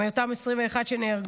עם אותם 21 שנהרגו.